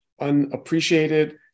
unappreciated